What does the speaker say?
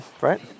right